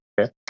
Okay